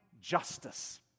justice